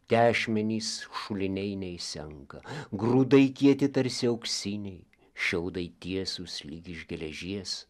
tešmenys šuliniai neišsenka grūdai kieti tarsi auksiniai šiaudai tiesūs lyg iš geležies